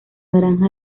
granja